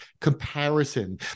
comparison